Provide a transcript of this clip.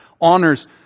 honors